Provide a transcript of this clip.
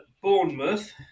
Bournemouth